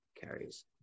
carries